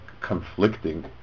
conflicting